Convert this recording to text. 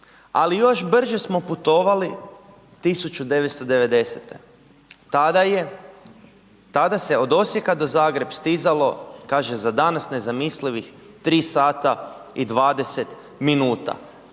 ali još brže smo putovali 1990. tada je, tada se od Osijeka do Zagreba stizalo za danas nezamislivih 3 sata i 20 minuta.